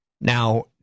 Now